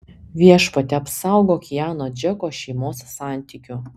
viešpatie apsaugok ją nuo džeko šeimos santykių